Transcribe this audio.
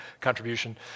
contribution